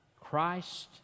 christ